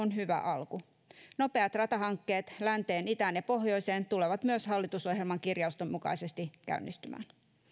on hyvä alku nopeat ratahankkeet länteen itään ja pohjoiseen tulevat hallitusohjelman kirjausten mukaisesti myös käynnistymään